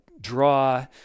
draw